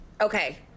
Okay